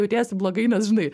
jautiesi blogai nes žinai